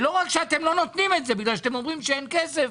ולא רק שאתם לא נותנים את זה בגלל שאתם אומרים שאין כסף,